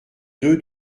deux